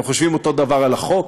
הם חושבים אותו דבר על החוק,